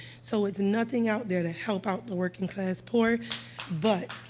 so, it's nothing out there to help out the working-class poor but,